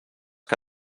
que